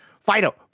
Fido